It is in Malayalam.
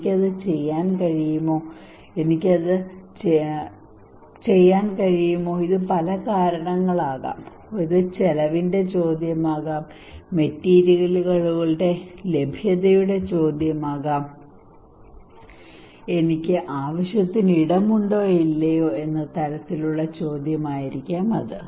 എനിക്ക് അത് ചെയ്യാൻ കഴിയുമോ എനിക്ക് അത് ചെയ്യാൻ കഴിയുമോ ഇത് പല കാരണങ്ങളാകാം ഇത് ചെലവിന്റെ ചോദ്യമാകാം ഇത് മെറ്റീരിയലുകളുടെ ലഭ്യതയുടെ ചോദ്യമാകാം എനിക്ക് ആവശ്യത്തിന് ഇടമുണ്ടോ ഇല്ലയോ എന്ന തരത്തിലുള്ള ചോദ്യമായിരിക്കാം അത്